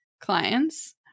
clients